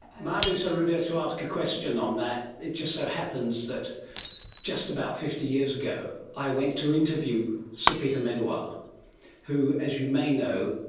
it. may i be so rude as to ask a question on that? it just so happens that just about fifty years ago i went to interview sir peter medawar who, as you may know,